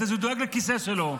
הוא דואג לכיסא שלו.